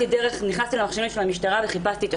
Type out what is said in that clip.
נכנסתי למחשבים של המשטרה וחיפשתי את התיק.